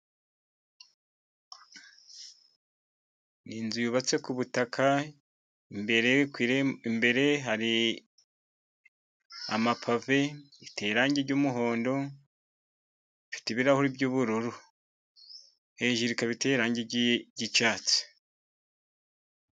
Inzu yubatse ku butaka, imbere hari amapave, iteye irangi ry'umuhondo, ifite ibirahuri by'ubururu, hejuru ikaba iteye irangi ry'icyatsi.